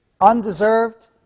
Undeserved